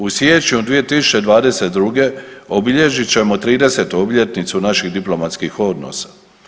U siječnju 2022. obilježit ćemo 30 obljetnicu naših diplomatskih odnosa.